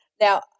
Now